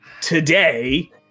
Today